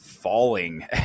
falling